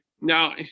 Now